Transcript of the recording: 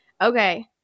okay